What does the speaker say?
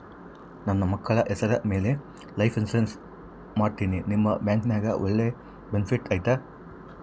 ನನ್ನ ಮಕ್ಕಳ ಹೆಸರ ಮ್ಯಾಲೆ ಲೈಫ್ ಇನ್ಸೂರೆನ್ಸ್ ಮಾಡತೇನಿ ನಿಮ್ಮ ಬ್ಯಾಂಕಿನ್ಯಾಗ ಒಳ್ಳೆ ಬೆನಿಫಿಟ್ ಐತಾ?